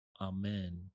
Amen